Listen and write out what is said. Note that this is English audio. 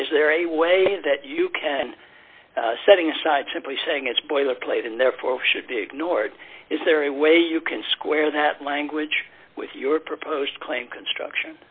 way is there a way that you can setting aside simply saying it's boilerplate and therefore should be ignored is there any way you can square that language with your proposed claim construction